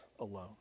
alone